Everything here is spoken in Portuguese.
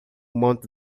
monte